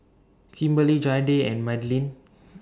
Kimberlie Jayde and Madilynn